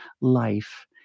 life